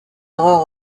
erreurs